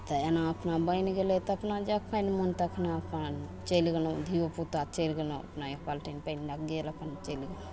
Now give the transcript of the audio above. तऽ एना अपना बनि गेलय तऽ अपना जखन मोन तखन अपन चलि गेलहुँ धियोपुता चलि गेलहुँ अपना एक बाल्टीन पानि लए कऽ गेल अपन चलि गेल